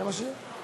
אתה רוצה ידני?